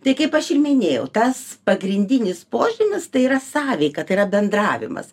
tai kaip aš ir minėjau tas pagrindinis požymis tai yra sąveika tai yra bendravimas